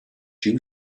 you